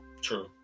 True